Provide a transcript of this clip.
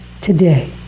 today